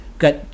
got